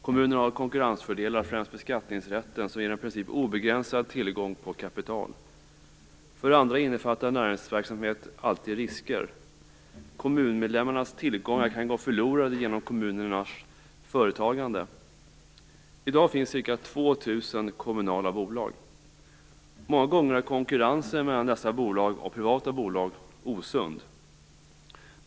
Kommunerna har konkurrensfördelar, främst beskattningsrätten, som ger en i princip obegränsad tillgång på kapital. För det andra innefattar näringsverksamhet alltid risker. Kommunmedlemmarnas tillgångar kan gå förlorade genom kommunernas företagande. I dag finns ca 2 000 kommunala bolag. Många gånger är konkurrensen mellan dessa bolag och privata bolag osund.